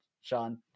Sean